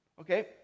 Okay